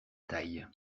taille